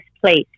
place